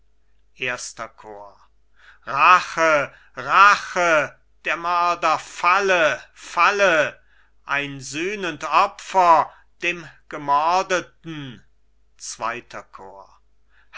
erster chor cajetan berengar manfred rache rache der mörder falle falle ein sühnend opfer dem gemordeten zweiter chor